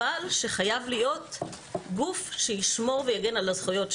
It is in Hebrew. אבל שחייב להיות גוף שישמור ויגן על הזכויות שלהם.